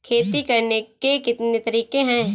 खेती करने के कितने तरीके हैं?